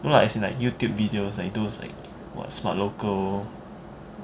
no lah as in like Youtube videos like those like what smart local